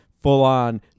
full-on